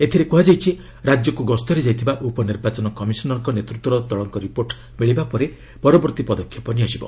ଏଥିରେ ପୁଣି କୁହାଯାଇଛି ରାଜ୍ୟକୁ ଗସ୍ତରେ ଯାଇଥିବା ଉପନିର୍ବାଚନ କମିଶନର୍କ ନେତୃତ୍ୱର ଦଳଙ୍କ ରିପୋର୍ଟ ମିଳିବା ପରେ ପରବର୍ତ୍ତୀ ପଦକ୍ଷେପ ନିଆଯିବ